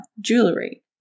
jewelry